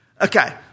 Okay